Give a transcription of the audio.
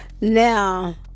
Now